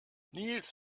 nils